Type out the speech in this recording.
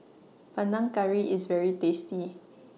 Panang Curry IS very tasty